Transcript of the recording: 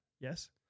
yes